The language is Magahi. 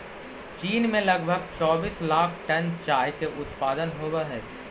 चीन में लगभग चौबीस लाख टन चाय के उत्पादन होवऽ हइ